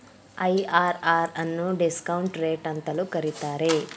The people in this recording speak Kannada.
ಐ.ಆರ್.ಆರ್ ಅನ್ನು ಡಿಸ್ಕೌಂಟ್ ರೇಟ್ ಅಂತಲೂ ಕರೀತಾರೆ